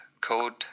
code